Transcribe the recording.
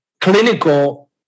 clinical